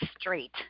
straight